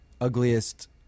ugliest